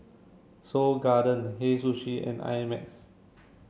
Seoul Garden Hei Sushi and I Max